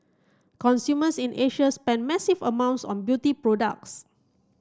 consumers in Asia spend massive amounts on beauty products